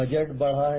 budget बढ़ा है